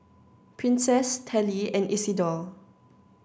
Princess Tallie and Isidor